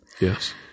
Yes